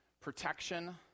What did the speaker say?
protection